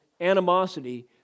animosity